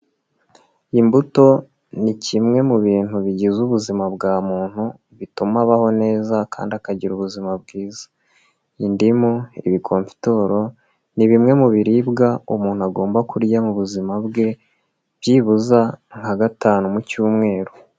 Imbuto ni kimwe mu bintu bigize ubuzima bwa muntu bituma abaho neza kandi akagira ubuzima bwiza, indimu, ibikofitoro ni bimwe mu biribwa umuntu agomba kurya mu buzima bwe byibuze nka gatanu mu cyumweru.